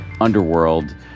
Underworld